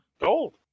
Gold